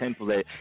template